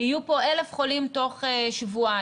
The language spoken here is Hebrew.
יהיו פה 1,000 חולים תוך שבועיים,